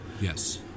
Yes